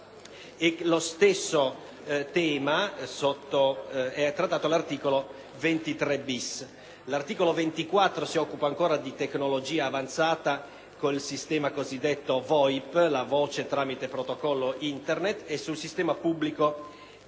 lo stesso tema è trattato dall'articolo 23-*bis*. L'articolo 24 si occupa ancora di tecnologia avanzata, in particolare del sistema cosiddetto VOIP (Voce tramite protocollo Internet) e del sistema pubblico